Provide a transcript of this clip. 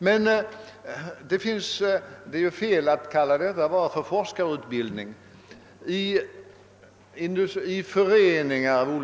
Det är emellertid fel att uteslutande tänka på forskarutbildningen.